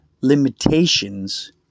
limitations